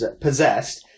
possessed